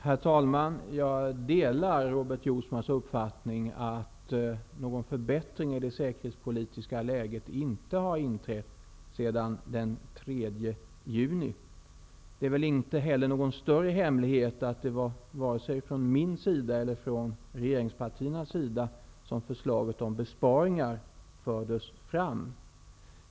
Herr talman! Jag delar Robert Jousmas uppfattning att någon förbättring i det säkerhetspolitiska läget inte har inträtt sedan den 3 juni. Det är väl inte heller någon större hemlighet att det var varken från min eller från regeringspartiernas sida som förslaget om besparingar inom försvaret fördes fram.